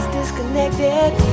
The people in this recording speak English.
Disconnected